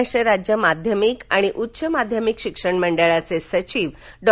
महाराष्ट्र राज्य माध्यमिक व उच्च माध्यमिक शिक्षण मंडळाचे सचिव डॉ